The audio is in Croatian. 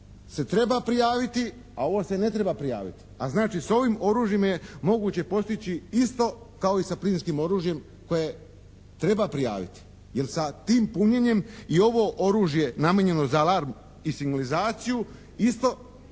se treba prijaviti a ovo se ne treba prijaviti, a znači s ovim oružjem je moguće postići isto kao i sa plinskom oružjem koje treba prijaviti jer sa tim punjenjem i ovo oružje namijenjeno za alarm i signalizaciju iste učinke